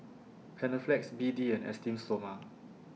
Panaflex B D and Esteem Stoma